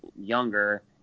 younger